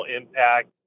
impact